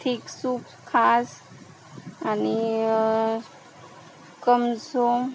thick soup खास आणि come सून